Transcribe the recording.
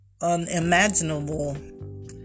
unimaginable